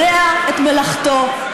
יודע את מלאכתו.